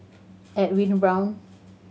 Edwin Brown